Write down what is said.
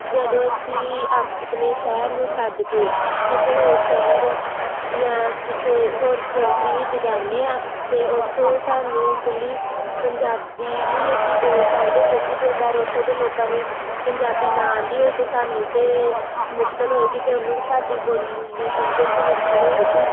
ਜਦੋਂ ਅਸੀਂ ਆਪਣੇ ਸ਼ਹਿਰ ਨੂੰ ਛੱਡ ਕੇ ਕਿਸੇ ਹੋਰ ਸ਼ਹਿਰ ਜਾਂ ਕਿਸੇ ਹੋਰ ਕੰਟਰੀ ਵਿੱਚ ਜਾਂਦੇ ਹਾਂ ਅਤੇ ਉੱਥੇ ਸਾਨੂੰ ਇਕੱਲੀ ਪੰਜਾਬੀ ਨਹੀਂ ਅਸੀਂ ਬੋਲ ਸਕਦੇ ਕਿਉਂਕਿ ਜੇਕਰ ਉੱਥੋਂ ਦੇ ਲੋਕਾਂ ਨੂੰ ਪੰਜਾਬੀ ਨਾ ਆਉਂਦੀ ਹੋਈ ਤਾਂ ਸਾਨੂੰ ਤਾਂ ਮੁਸ਼ਕਿਲ ਹੋਏਗੀ ਅਤੇ ਉਹਨੂੰ ਸਾਡੀ ਬੋਲੀ ਸਮਝਣ 'ਚ ਮੁਸ਼ਕਿਲ ਹੋਏਗੀ